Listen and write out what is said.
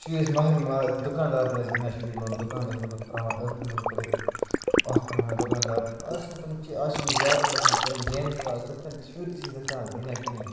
شُرۍ ٲسۍ مہرٕنۍ مہر دُکاندارَن ٲسۍ گِنٛدان شُرۍ دُکان ٲسۍ مطلب تراوان أکھتی مکتھی پتہٕ ٲسۍ اَکھ بہوان دُکان دار آز چھِنہٕ تِم چھِ آز چھِ بیٚیہِ زیادٕ تَر اَسہِ تِم گیٚمہٕ تہٕ وٕ آز تِتھ کَنہِ شُرۍ تہِ چھِنہٕ تِتھ کَنہِ آز گِنٛدان کِہیٖنۍ